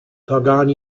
doggone